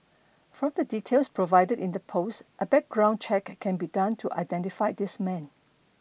from the details provided in the post a background check can be done to identify this man